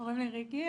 קוראים לי ריקי,